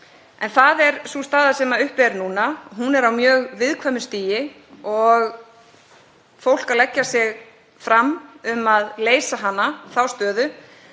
En það er sú staða sem uppi er núna. Hún er á mjög viðkvæmu stigi og fólk að leggja sig fram um að leysa þá stöðu